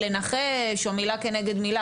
כגד מילה,